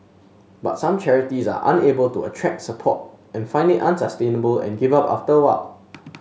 but some charities are unable to attract support and find it unsustainable and give up after a while